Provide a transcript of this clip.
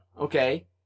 Okay